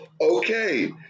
Okay